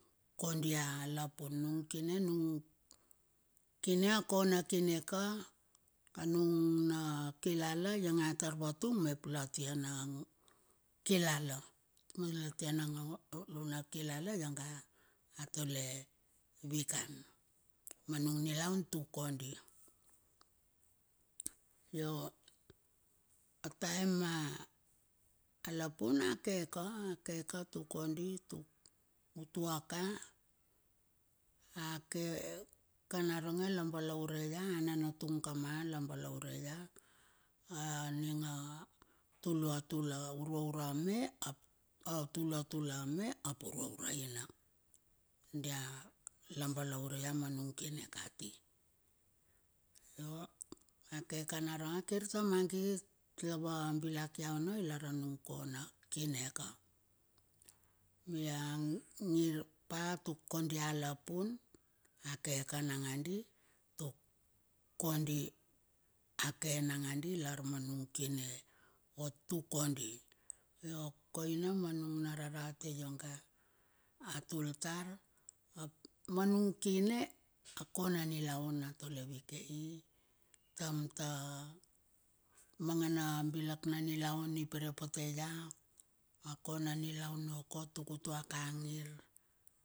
Kondi a lapun nung kine nung kine a kona kine ka. Anung na kilala iong atar vatung mep latia na kilala. Nung latia nangaulu na kilala iong a tole, vikan, ma ning nilaun tukodi. Io a taem a lapun a keka ake ka tuk kondi. Tuk utuaka ake ka laronge la balaure ia ananatung kama la balaure ia. A ninga tulua tula urua ura me ap tulua tula me ap urua ura ina. Dia labalaure ia ma nung kine kati. Io a keka na ra kir ta mangit, lava bilak ia ono lara nung kona kine ka. Ia ngir pa tuk kondi a lapun a keka nanga di tuk kondi ake nanga di lar ma nung kine vo tukodi, io koina ma nung na rarate iong ang atultar ap ma nung kine a kona nilaun a tole vikei. Tam ta mangana bilak na nilaun ipere pote ia. A kona nilaun okot tuk utoa ka ngir.